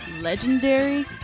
legendary